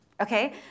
okay